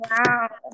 wow